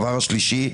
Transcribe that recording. הדבר השלישי,